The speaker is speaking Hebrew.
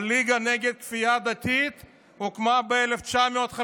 הליגה נגד כפייה דתית הוקמה ב-1951.